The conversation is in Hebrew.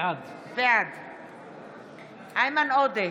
בעד איימן עודה,